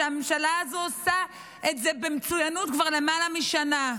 הממשלה הזאת עושה את זה במצוינות כבר למעלה משנה.